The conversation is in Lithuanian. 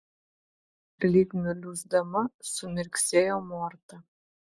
lyg nuliūsdama sumirksėjo morta